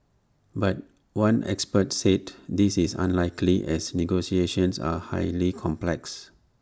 but one expert said this is unlikely as negotiations are highly complex